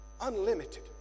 Unlimited